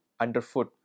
underfoot